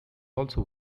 also